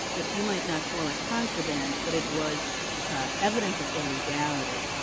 which you might not call it contraband, but it was evidence of illegality,